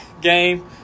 game